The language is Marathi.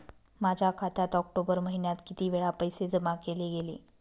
माझ्या खात्यात ऑक्टोबर महिन्यात किती वेळा पैसे जमा केले गेले?